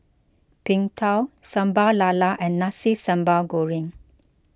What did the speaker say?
Png Tao Sambal Lala and Nasi Sambal Goreng